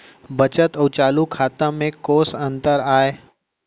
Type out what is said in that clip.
बचत अऊ चालू खाता में कोस अंतर आय?